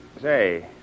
say